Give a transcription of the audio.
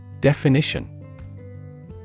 Definition